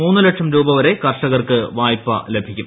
മൂന്നു ലക്ഷം രൂപ വരെ കർഷകർക്ക് വായ്പ ലഭിക്കും